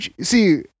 See